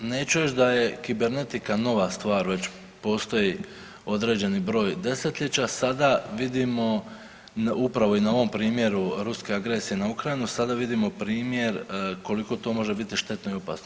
Neću reći da je kibernetika nova stvar, već postoji određeni broj desetljeća, sada vidimo upravo i na ovom primjeru ruske agresije na Ukrajinu, sada vidimo primjer koliko to može biti štetno i opasno.